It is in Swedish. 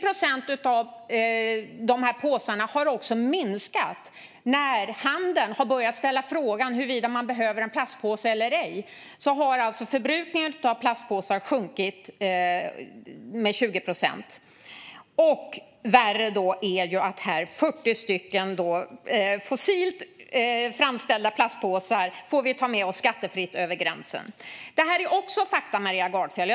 Plastpåsarna minskade också med 20 procent när handeln började ställa frågan om man behöver en påse eller ej. Förbrukningen av plastpåsar har således sjunkit med 20 procent. Vad som är värre är att man får ta med sig 40 stycken fossilt framställda plastpåsar skattefritt över gränsen. Detta är också fakta, Maria Gardfjell.